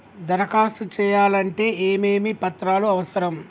దరఖాస్తు చేయాలంటే ఏమేమి పత్రాలు అవసరం?